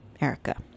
Erica